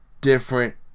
different